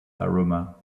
aroma